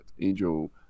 Angel